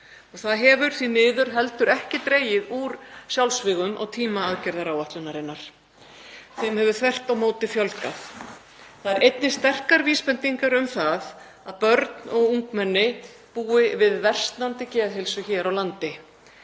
54. Það hefur því miður heldur ekkert dregið úr sjálfsvígum á tíma aðgerðaáætlunarinnar. Þeim hefur þvert á móti fjölgað. Það eru einnig sterkar vísbendingar um að börn og ungmenni búi við versnandi geðheilsu hér á landi.